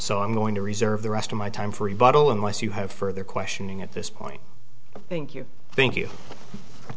so i'm going to reserve the rest of my time for rebuttal unless you have further questioning at this point thank you thank you